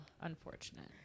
unfortunate